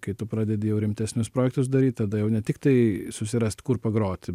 kai tu pradedi jau rimtesnius projektus daryt tada jau ne tiktai susirast kur pagroti